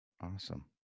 Awesome